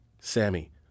Sammy